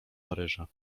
paryża